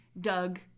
Doug